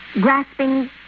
grasping